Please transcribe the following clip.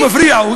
הוא מפריע.